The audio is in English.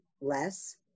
less